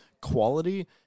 quality